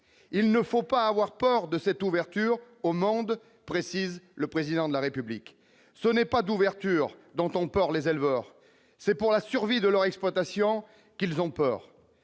il ne faut pas avoir peur de cette ouverture au monde, précise le président de la République, ce n'est pas d'ouverture dont ont peur, les éleveurs, c'est pour la survie de leur exploitation, qu'ils ont peur,